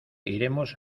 iremos